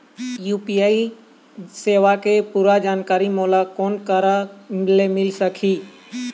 UPI सेवा के पूरा जानकारी मोला कोन करा से मिल सकही?